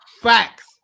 Facts